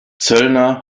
zöllner